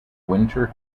winter